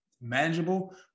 manageable